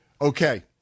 Okay